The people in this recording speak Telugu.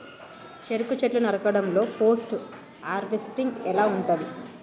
చెరుకు చెట్లు నరకడం లో పోస్ట్ హార్వెస్టింగ్ ఎలా ఉంటది?